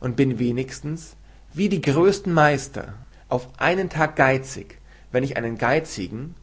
und bin wenigstens wie die größten meister auf einen tag geizig wenn ich einen geizigen